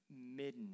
midnight